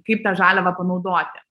kaip tą žaliavą panaudoti